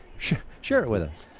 share share it with us.